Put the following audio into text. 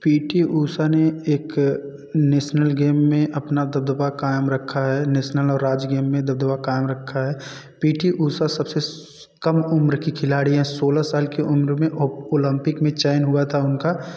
P T Usha ने एक national game में अपना दबदबा क़ायम रखा है नेसनल और राज्य गेम में दबदबा क़ायम रखा है पी टी उषा सब से कम उम्र की खिलाड़ी है सोलह साल की उम्र में ओलंपिक में चयन हुआ था उनका